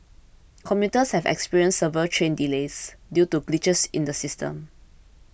commuters have experienced several train delays due to glitches in the system